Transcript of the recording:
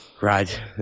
Right